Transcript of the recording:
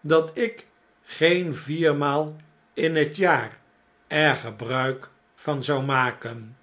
dat ik geen viermaal in het jaar er gebruik van zou maken